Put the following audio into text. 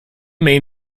main